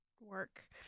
work